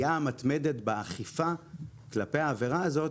אבל העלייה המתמדת באכיפה כלפי העבירה הזאת